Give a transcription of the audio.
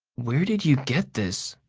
where did you get this?